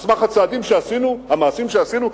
על סמך הצעדים שעשינו, המעשים שעשינו?